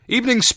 Evening